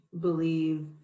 believe